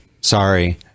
sorry